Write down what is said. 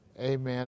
Amen